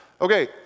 Okay